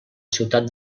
ciutat